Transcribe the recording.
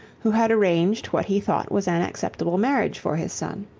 who had arranged what he thought was an acceptable marriage for his son.